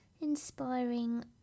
inspiring